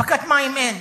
אספקת מים אין.